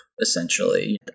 essentially